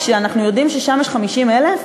כשאנחנו יודעים שיש שם 50,000?